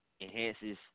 enhances